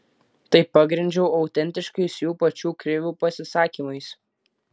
tai pagrindžiau autentiškais jų pačių krivių pasisakymais